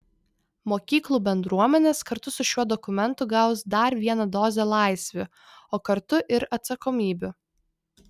mokyklų bendruomenės kartu su šiuo dokumentu gaus dar vieną dozę laisvių o kartu ir atsakomybių